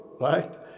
right